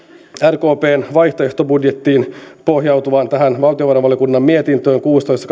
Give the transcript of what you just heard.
rkpn vaihtoehtobudjettiin pohjautuvan valtiovarainvaliokunnan mietintöön kuusitoista